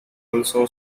also